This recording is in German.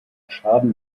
schaden